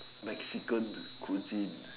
Mexican cuisine